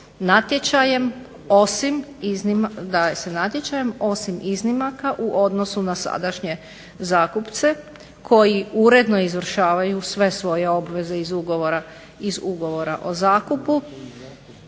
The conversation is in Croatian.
natječaja osim iznimaka u odnosu na sadašnje zakupce koji uredno izvršavaju sve svoje obveze iz ugovora o zakupu